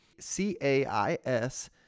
CAIS